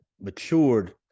matured